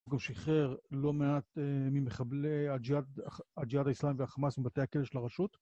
גם שחרר לא מעט ממחבלי הג'יהאד האיסלאמי והחמאס מבתי הכלא של הרשות.